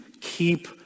keep